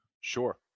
Sure